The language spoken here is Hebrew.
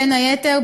בין היתר,